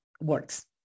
works